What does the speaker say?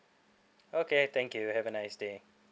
okay thank you have a nice day